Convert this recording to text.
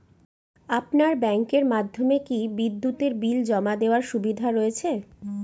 আপনার ব্যাংকের মাধ্যমে কি বিদ্যুতের বিল জমা দেওয়ার সুবিধা রয়েছে?